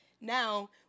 Now